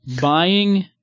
buying